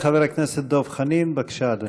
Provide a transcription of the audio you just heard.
חבר הכנסת דב חנין, בבקשה, אדוני.